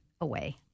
away